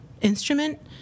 instrument